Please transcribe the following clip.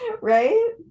right